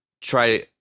try